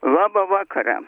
labą vakarą